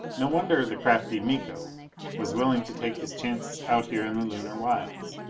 no wonder the crafty miko was willing to take his chances out here in the lunar wilds!